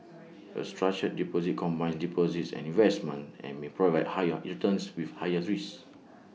A structured deposit combines deposits and investments and may provide higher returns with higher risks